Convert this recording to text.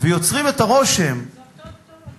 ויוצרים את הרושם, זה אותו פטור, זה מע"מ.